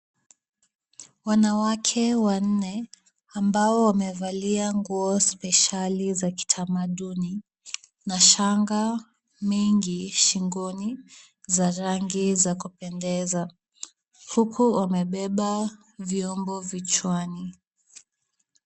Wanawake wanne ambao wamevalia nguo spesheli. za kitamaduni na shanga mingi shingoni za rangi za kupendeza huku wamebeba vyombo vichwani.